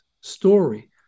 story